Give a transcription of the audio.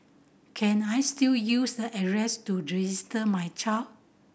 can I still use the address to register my child